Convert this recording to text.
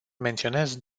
menționez